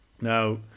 Now